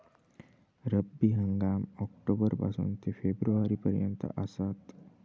रब्बी हंगाम ऑक्टोबर पासून ते फेब्रुवारी पर्यंत आसात